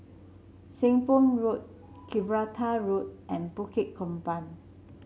Seng Poh Road Gibraltar Road and Bukit Gombak